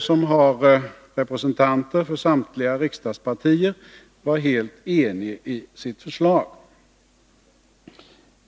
som har representanter för samtliga riksdagspartier, var helt enig i sitt förslag.